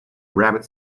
rabbit